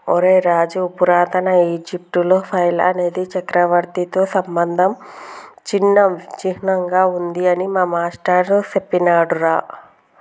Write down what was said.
ఒరై రాజు పురాతన ఈజిప్టులో ఫైల్ అనేది చక్రవర్తితో సంబంధం ఉన్న చిహ్నంగా ఉంది అని మా మాష్టారు సెప్పినాడురా